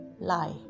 lie